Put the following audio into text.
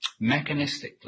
Mechanistically